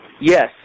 Yes